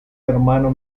hermano